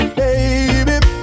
baby